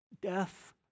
Death